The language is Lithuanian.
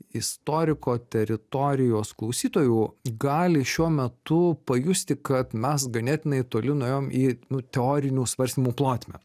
istoriko teritorijos klausytojų gali šiuo metu pajusti kad mes ganėtinai toli nuėjom į nu teorinių svarstymų plotmę